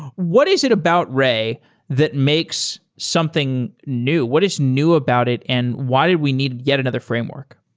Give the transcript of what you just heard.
what is it about ray that makes something new? what is new about it and why did we need yet another framework?